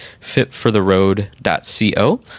fitfortheroad.co